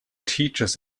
teachers